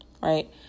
Right